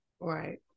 Right